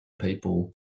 people